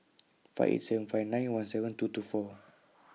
five eight seven five nine one seven two two four